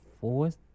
fourth